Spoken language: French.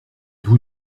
vous